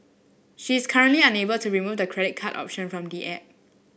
she's currently unable to remove the credit card option from the app